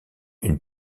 une